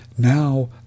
Now